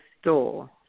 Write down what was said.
store